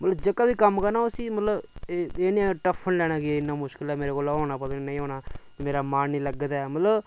मतलव जेह्का बी कम्म करना मतलव एह् टफ्फ नीं लैना कि इन्ना मुश्कल ऐ मेरे कोला होना जां नेईं होना मेरा मन नीं लगदा ऐ मतलव